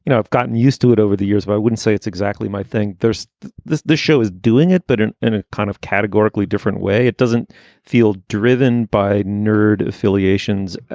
you know i've gotten used to it over the years, but i wouldn't say it's exactly my thing. there's this this show is doing it, but and and it kind of categorically different way. it doesn't feel driven by nerd affiliations,